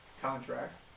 contract